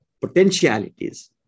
potentialities